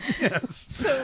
Yes